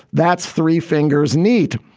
that's three fingers. neat.